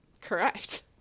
correct